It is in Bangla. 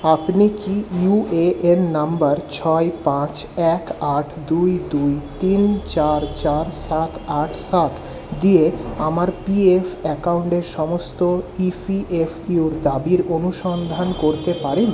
আপনি কি ইউএএন নম্বর ছয় পাঁচ এক আট দুই দুই তিন চার চার সাত আট সাত দিয়ে আমার পিএফ অ্যাকাউন্টের সমস্ত ই পি এফ ইউর দাবির অনুসন্ধান করতে পারেন